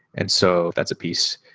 and so, that's a piece.